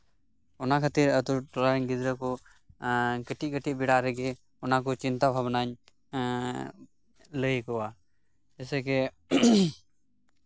ᱚᱱᱟ ᱟᱛᱳ ᱴᱚᱞᱟᱨᱮᱱ ᱜᱤᱫᱽᱨᱟᱹ ᱠᱚ ᱠᱟᱹᱴᱤᱡ ᱠᱟᱹᱴᱤᱡ ᱵᱮᱲᱟ ᱨᱮᱜᱮ ᱚᱱᱟ ᱠᱚ ᱪᱤᱱᱛᱟ ᱵᱷᱟᱵᱽᱱᱟᱧ ᱞᱟᱹᱭ ᱠᱚᱣᱟ ᱡᱮᱭᱥᱮ ᱠᱮ